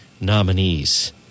nominees